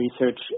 research